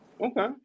Okay